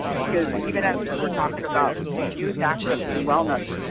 because even as we're talking about youth accessing wellness,